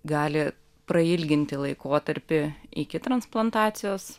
gali prailginti laikotarpį iki transplantacijos